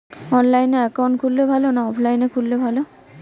অনলাইনে একাউন্ট খুললে ভালো না অফলাইনে খুললে ভালো?